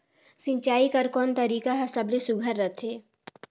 सिंचाई कर कोन तरीका हर सबले सुघ्घर रथे?